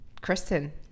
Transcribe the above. Kristen